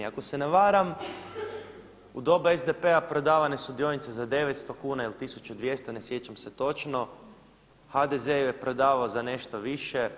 Ako se ne varam u doba SDP-a prodavane su dionice za 900 kuna ili 1200 ne sjećam se točno, HDZ je prodavao za nešto više.